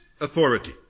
authority